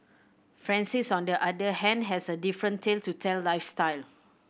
Francis on the other hand has a different tale to tell lifestyle